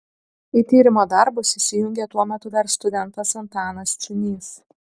į tyrimo darbus įsijungė tuo metu dar studentas antanas ciūnys